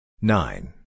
nine